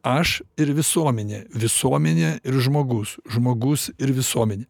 aš ir visuomenė visuomenė ir žmogus žmogus ir visuomenė